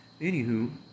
anywho